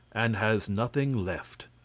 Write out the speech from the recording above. and has nothing left,